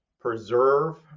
preserve